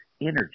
energy